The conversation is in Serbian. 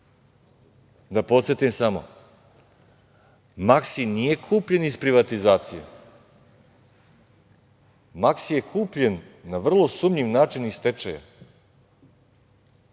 Da podsetim samo, „Maksi“ nije kupljen iz privatizacije, „Maksi“ je kupljen na vrlo sumnjiv način, iz stečaja.